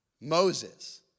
Moses